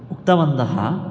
उक्तवन्तः